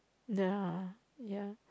ya ya